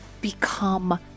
become